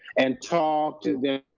and talk to the.